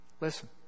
Listen